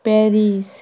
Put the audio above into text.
Paris